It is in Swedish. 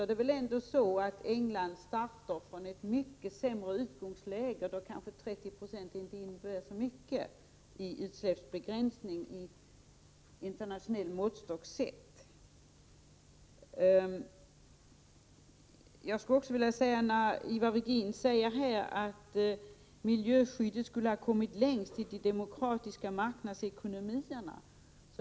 Men det är väl så att England startar från ett mycket sämre utgångsläge, och då kanske 30 90 inte innebär så mycket i fråga om utsläppsbegränsning, om man använder en internationell måttstock. Ivar Virgin säger att miljöskyddet skulle ha kommit längst i de demokratiska marknadsekonomierna.